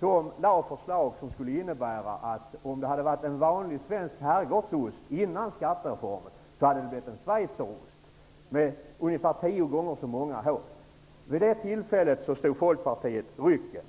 De lade fram förslag som skulle innebära att om det var fråga om en vanlig svensk herrgårdsost innan skattereformen så skulle det bli en schweizerost med ungefär tio gånger så många hål efteråt. Vid det tillfället stod Folkpartiet rycken.